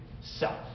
self